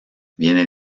viene